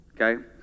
okay